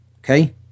okay